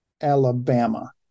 Alabama